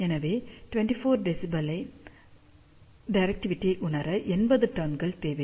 எனவே 24 dBi இன் டிரெக்டிவிடியை உணர 80 டர்ன்கள் தேவை